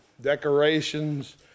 Decorations